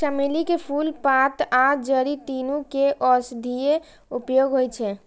चमेली के फूल, पात आ जड़ि, तीनू के औषधीय उपयोग होइ छै